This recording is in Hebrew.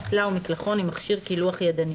אסלה ומקלחון עם מכשיר קילוח ידני,